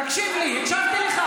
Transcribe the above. תקשיב לי.